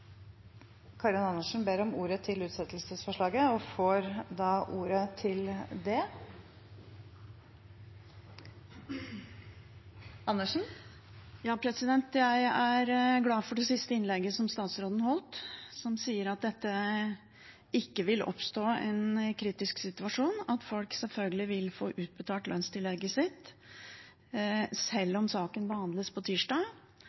Jeg er glad for det siste innlegget som statsråden holdt, hvor han sa at det ikke vil oppstå en kritisk situasjon, og at folk selvfølgelig vil få utbetalt lønnstillegget sitt selv om saken skulle behandles på tirsdag